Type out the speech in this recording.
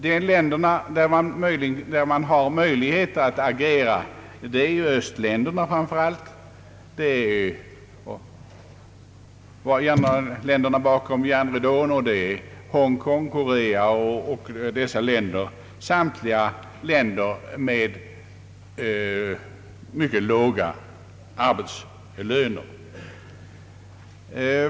De länder gentemot vilka vi har möjlighet att agera är framför allt östländerna, dvs. länderna bakom järnridån, Hongkong, Korea, samtliga länder med låga arbetslöner.